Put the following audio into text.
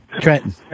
Trenton